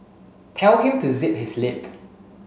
tell him to zip his lip